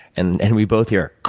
and and, we both hear,